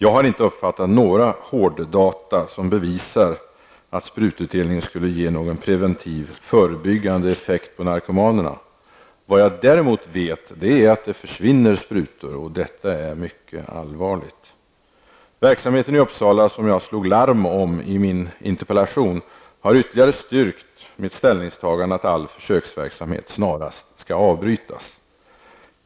Jag har inte uppfattat några hårddata som bevisar att sprututdelningen skulle ge någon preventiv, förebyggande effekt på narkomanerna. Vad jag däremot vet är att det försvinner sprutor. Detta är mycket allvarligt. Verksamheten i Uppsala, som jag slog larm om i min interpellation, har ytterligare styrkt mitt ställningstagande att all försöksverksamhet snarast skall avbrytas.